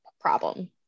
problem